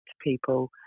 people